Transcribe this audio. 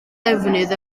defnydd